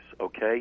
okay